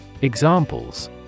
Examples